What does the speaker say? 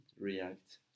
react